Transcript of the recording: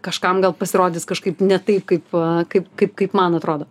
kažkam gal pasirodys kažkaip ne taip kaip kaip kaip kaip man atrodo